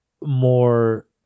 more